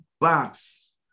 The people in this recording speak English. box